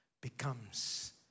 becomes